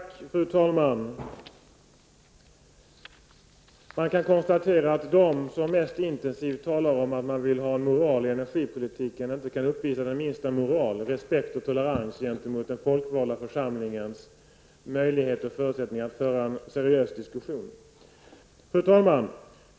Fru talman! Man kan konstatera att de som mest intensivt talar om att man vill ha moral i energipolitiken inte kan uppvisa moral, respekt och tolerans inför den folkvalda församlingens möjlighet att föra en seriös diskussion. Fru talman!